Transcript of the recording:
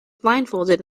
blindfolded